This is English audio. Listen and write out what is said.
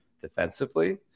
defensively